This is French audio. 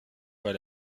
pas